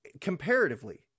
Comparatively